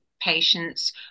patients